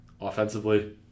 offensively